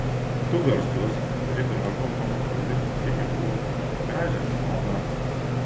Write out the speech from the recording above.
tu garsus turi gražų automobilį pinigų gražią žmoną